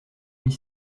mis